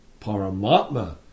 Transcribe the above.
Paramatma